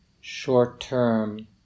short-term